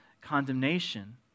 condemnation